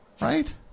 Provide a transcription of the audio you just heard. Right